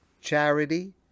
charity